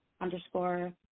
underscore